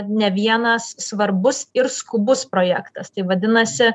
ne vienas svarbus ir skubus projektas tai vadinasi